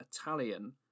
Italian